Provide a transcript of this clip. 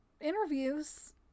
interviews